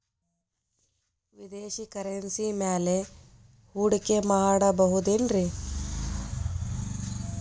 ವಿದೇಶಿ ಕರೆನ್ಸಿ ಮ್ಯಾಲೆ ಹೂಡಿಕೆ ಮಾಡಬಹುದೇನ್ರಿ?